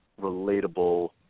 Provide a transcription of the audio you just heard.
relatable